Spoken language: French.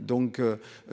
donc.